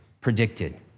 predicted